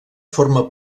forma